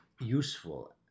useful